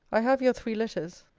i have your three letters.